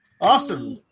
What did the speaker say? Awesome